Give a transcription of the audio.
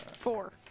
Four